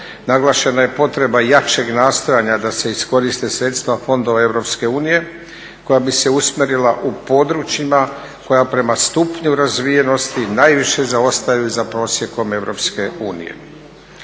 Naglašena je potreba jačeg nastojanja da se iskoriste sredstva fondova EU koja bi se usmjerila u područjima koja prema stupnju razvijenosti najviše zaostaju za prosjekom EU.